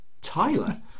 Tyler